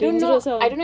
don't know also